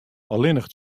allinnich